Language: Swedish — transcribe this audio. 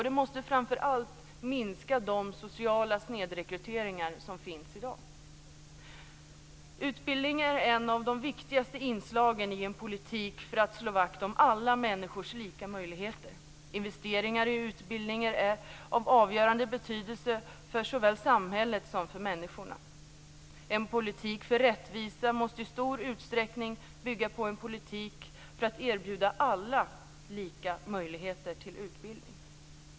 Det måste framför allt minska den sociala snedrekrytering som finns i dag. Utbildning är ett av de viktigaste inslagen i en politik för att slå vakt om alla människors lika möjligheter. Investeringar i utbildning är av avgörande betydelse för såväl samhället som människorna. En politik för rättvisa måste i stor utsträckning bygga på en politik för att erbjuda alla lika möjligheter till utbildning.